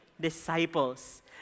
disciples